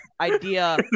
idea